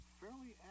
fairly